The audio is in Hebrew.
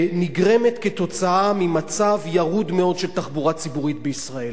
שנגרמת מהמצב הירוד מאוד של התחבורה הציבורית בישראל.